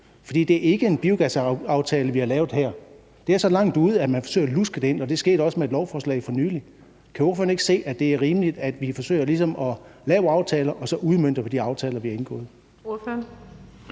For det er ikke en biogasaftale, vi har lavet her. Det er så langt ude, at man forsøger at luske det ind, og det skete også med et lovforslag for nylig. Kan ordføreren ikke se, at det er rimeligt, at vi ligesom forsøger at udmønte de aftaler, vi har lavet